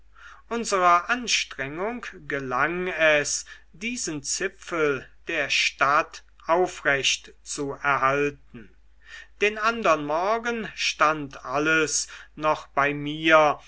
anstrengung gelang es diesen zipfel der stadt aufrechtzuerhalten den andern morgen stand alles noch bei mir